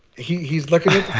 he's he's looking